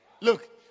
look